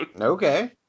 Okay